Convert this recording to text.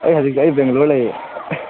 ꯑꯩ ꯍꯧꯖꯤꯛꯁꯦ ꯑꯩ ꯕꯦꯡꯒ꯭ꯂꯣꯔ ꯂꯩꯌꯦ